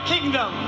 kingdom